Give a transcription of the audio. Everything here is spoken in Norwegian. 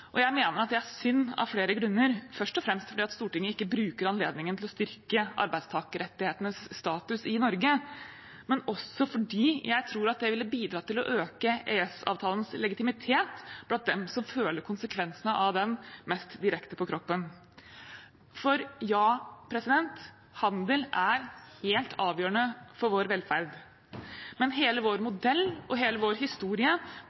og jeg mener at det er synd av flere grunner, først og fremst fordi Stortinget ikke bruker anledningen til å styrke arbeidstakerrettighetenes status i Norge, men også fordi jeg tror at det ville bidratt til å øke EØS-avtalens legitimitet blant dem som føler konsekvensene av den mest direkte på kroppen. Ja, handel er helt avgjørende for vår velferd, men hele vår modell og hele vår historie